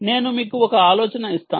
నేను మీకు ఒక ఆలోచన ఇస్తాను